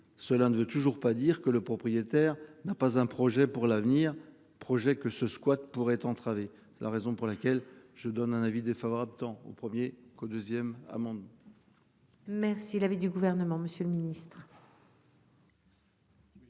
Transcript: Cela ne veut toujours pas dire que le propriétaire n'a pas un projet pour l'avenir. Projet que ce squat pourrait entraver la raison pour laquelle je donne un avis défavorable tant au 1er qu'au 2ème amende. Merci l'avis du gouvernement, Monsieur le Ministre.